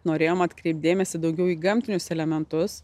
norėjom atkreipt dėmesį daugiau į gamtinius elementus